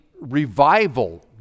revival